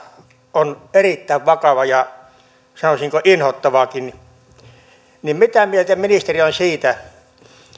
on erittäin vakava ja sanoisinko inhottavakin että mitä mieltä ministeri on siitä